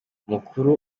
umukuru